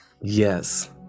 Yes